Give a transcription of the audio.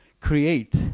create